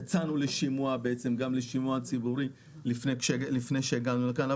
גם יצאנו לשימוע ציבורי לפני שהגענו לכאן.